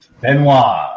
Benoit